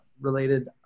related